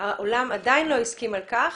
העולם עדיין לא הסכים על כך.